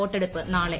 വോട്ടെടുപ്പ് നാളെ